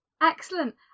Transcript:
Excellent